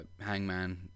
Hangman